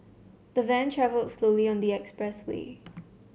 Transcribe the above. the van travelled slowly on the express way